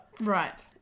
Right